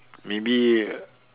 maybe